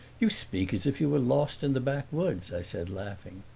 you speak as if you were lost in the backwoods, i said, laughing.